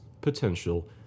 Potential